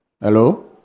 Hello